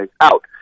out